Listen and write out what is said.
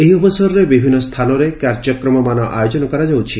ଏହି ଅବସରରେ ବିଭିନ୍ତ ସ୍ଥାନରେ କାର୍ଯ୍ୟକ୍ରମମାନ ଆୟୋଜନ କରାଯାଉଛି